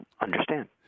understand